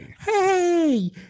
hey